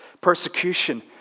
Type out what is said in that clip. persecution